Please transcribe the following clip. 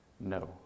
No